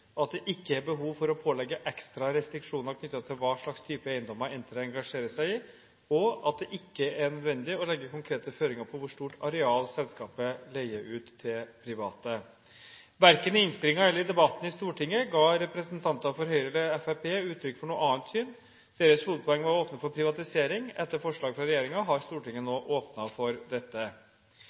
at det ikkje er behov for å pålegge ekstra restriksjoner knyttet til hva slags type eiendommer Entra engasjerer seg i at det ikkje er nødvendig å legge konkrete føringer på hvor stort areal selskapet leier ut til private Verken i innstillingen eller i debatten i Stortinget ga representanter for Høyre eller Fremskrittspartiet uttrykk for noe annet syn. Deres hovedpoeng var å åpne for privatisering. Etter forslag fra regjeringen har Stortinget nå åpnet for dette.